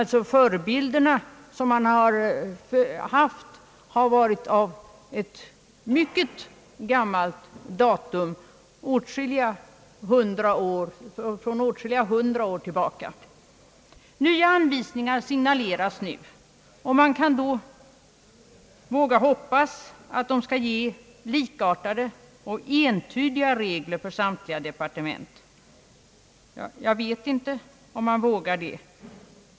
De förebilder man har haft tycks ha varit av mycket gammalt datum, från åtskilliga hundra år tillbaka. Nya anvisningar signaleras nu, och man kan kanske hoppas — men jag vet inte om man vågar det — att det därmed skall bli likartade och entydiga regler för samtliga departement.